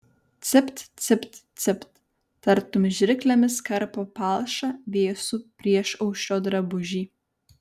cipt cipt cipt tartum žirklėmis karpo palšą vėsų priešaušrio drabužį